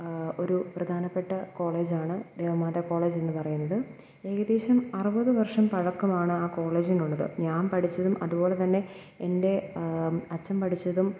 ഒരു പ്രധാനപ്പെട്ട കോളേജാണ് ദേവമാതാ കോളേജെന്നു പറയുന്നത് ഏകദേശം അറുപത് വർഷം പഴക്കമാണ് ആ കോളേജിനുള്ളത് ഞാൻ പഠിച്ചതും അതുപോലെ തന്നെ എൻ്റെ അച്ഛൻ പഠിച്ചതും